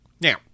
Now